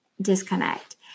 disconnect